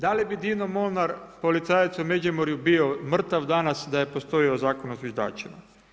Da li bi Dino Molnar, policajac u Međimurju bio mrtav danas da je postojao Zakon o zviždačima?